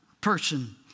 person